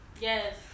Yes